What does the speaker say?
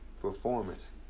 performance